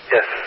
Yes